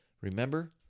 remember